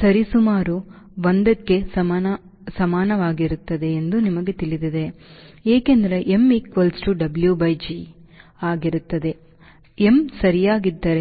ಸರಿಸುಮಾರು 1 ಕ್ಕೆ ಸಮನಾಗಿರುತ್ತದೆ ಎಂದು ನಿಮಗೆ ತಿಳಿದಿದೆ ಏಕೆಂದರೆ mW by g ಆಗಿರುತ್ತದೆ m ಸರಿಯಾಗಿದ್ದರೆ